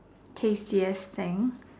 tastiest thing